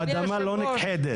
האדמה לא נכחדת.